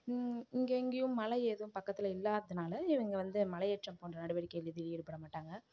இங்கே எங்கேயும் மலை ஏதும் பக்கத்தில் இல்லாத்துனால் இவங்க வந்து மலையேற்றம் போன்ற நடவடிக்கையில் ஏதும் ஈடுபட மாட்டாங்க